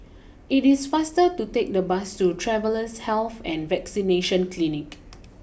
it is faster to take the bus to Travellers Health and Vaccination Clinic